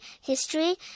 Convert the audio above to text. history